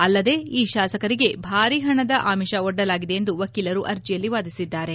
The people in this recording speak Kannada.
ಅಲ್ಲದೆ ಈ ಶಾಸಕರಿಗೆ ಭಾರೀ ಹಣದ ಆಮಿಷ ಒಡ್ಡಲಾಗಿದೆ ಎಂದು ವಕೀಲರು ಅರ್ಜಿಯಲ್ಲಿ ವಾದಿಸಿದ್ದಾರೆ